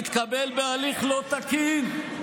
יתקבל בהליך לא תקין,